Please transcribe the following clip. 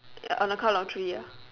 on the count of three ah